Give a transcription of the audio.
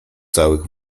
całych